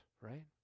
right